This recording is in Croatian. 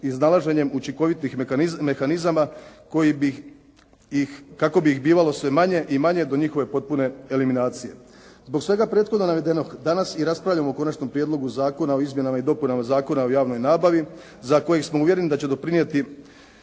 iznalaženjem učinkovitih mehanizama koji bi ih, kako bi ih bivalo sve manje i manje do njihove potpune eliminacije. Zbog svega prethodno navedenog danas i raspravljamo o Konačnom prijedlogu Zakona o izmjenama i dopunama Zakona o javnoj nabavi za koji smo uvjereni da će doprinijeti